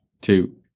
two